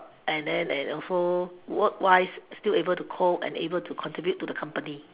and then and also work wise still able to cope and able to contribute to the company